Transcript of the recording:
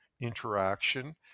interaction